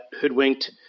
hoodwinked